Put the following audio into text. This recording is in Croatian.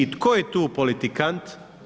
Tko je tu politikant?